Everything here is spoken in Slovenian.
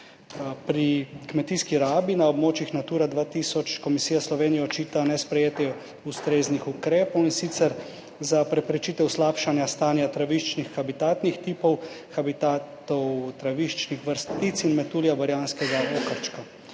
Pri kmetijski rabi na območjih Natura 2000 komisija Sloveniji očita nesprejetje ustreznih ukrepov, in sicer za preprečitev slabšanja stanja traviščnih habitatnih tipov, habitatov traviščnih vrst ptic in metulja, barjanskega okarčka,